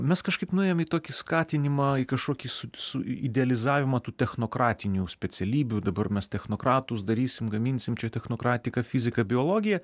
mes kažkaip nuėjom į tokį skatinimą į kažkokį su su idealizavimą tų technokratinių specialybių dabar mes technokratus darysim gaminsim čia technokratiką fiziką biologiją